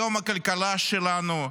היום הכלכלה שלנו,